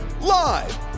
Live